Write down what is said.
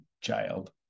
child